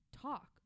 talk